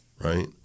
right